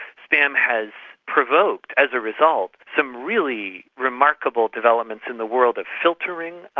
spam has provoked, as a result, some really remarkable developments in the world of filtering,